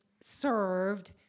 served